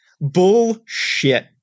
Bullshit